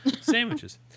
Sandwiches